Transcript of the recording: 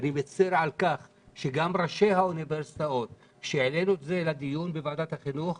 אני מצר על כך שכאשר העלינו את זה לדיון בוועדת החינוך,